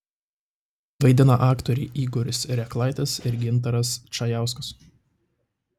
vaidina aktoriai igoris reklaitis ir gintaras čajauskas